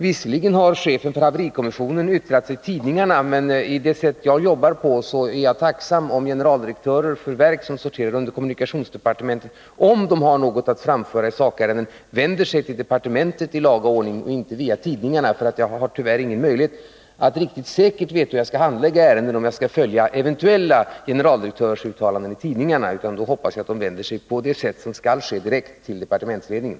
Visserligen har chefen för haverikommissionen yttrat sig i tidningarna. Men jag är, med mitt sätt att arbeta, tacksam om generaldirektörer för verk som sorterar under kommunikationsdepartementet — om de har något att framföra i sakärenden — vänder sig till departementet i laga ordning och inte framför sina åsikter via tidningar. Jag har tyvärr ingen möjlighet att riktigt säkert veta hur jag skall handla i olika ärenden — om jag skall följa eventuella generaldirektörsuttalanden i tidningarna eller inte. Jag hoppas alltså att de, på det sätt som de skall göra, vänder sig direkt till departementsledningen.